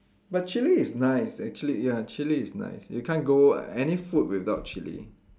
but chili is nice actually ya chili is nice you can't go any food without chili